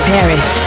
Paris